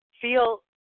feel